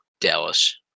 Dallas